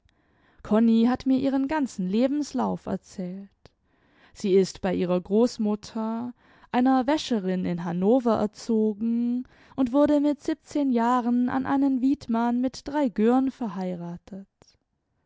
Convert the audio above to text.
konni hat mir ihren ganzen lebenslauf erzählt sie ist bei ihrer großmutter einer wäscherin in hannover erzogen und wurde mit siebzehn jahren an einen witmann mit drei gören verheiratet